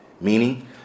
meaning